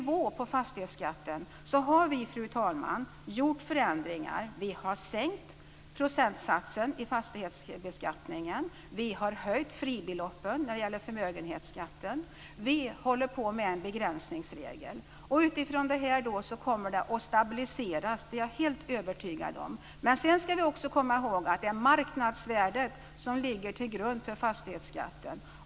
Vi har gjort förändringar av nivån på fastighetsskatten. Vi har sänkt procentsatsen. Vi har höjt fribeloppen för förmögenhetsskatt. Vi håller på med en begränsningsregel. Utifrån det kommer det att stabiliseras, det är jag helt övertygad om. Vi ska komma ihåg att marknadsvärdet ligger till grund för fastighetsskatten.